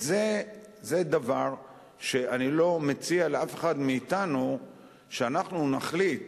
זה דבר שאני לא מציע לאף אחד מאתנו שאנחנו נחליט